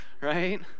Right